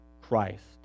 Christ